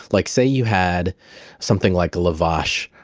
like, say you had something like a lavash,